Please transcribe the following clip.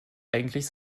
eigentlich